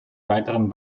weiteren